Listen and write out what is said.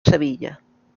sevilla